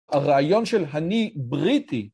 הרעיון של אני בריטי.